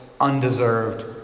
undeserved